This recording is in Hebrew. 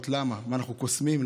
למה, מה, אנחנו קוסמים?